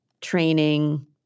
training